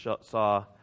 saw